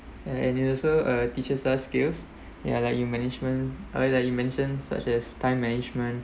and it also uh teaches us skills yeah like you management uh like you mention such as time management